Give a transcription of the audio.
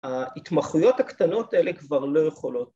‫ההתמחויות הקטנות האלה ‫כבר לא יכולות.